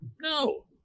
No